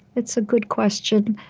it's a good question.